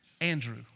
Andrew